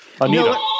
Anita